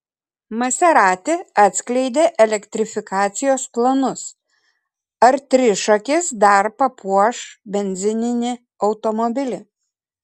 maserati atskleidė elektrifikacijos planus ar trišakis dar papuoš benzininį automobilį